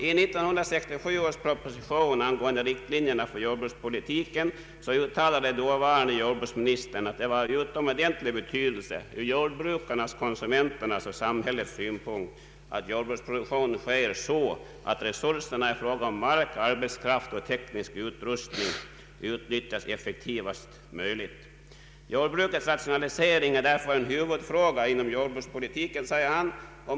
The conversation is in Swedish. I 1967 års proposition angående riktlinjerna för jordbrukspolitiken uttalade dåvarande jordbruksministern att det var av utomordentlig betydelse ur jordbrukarnas, konsumenternas och samhällets synpunkt att jordbruksproduktionen sker så att resurserna i fråga om mark, arbetskraft och teknisk utrustning utnyttjas så effektivt som möjligt. Jordbrukets rationalisering är därför en huvudfråga inom jordbrukspolitiken, sade han.